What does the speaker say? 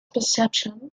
perception